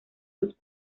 los